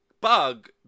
bug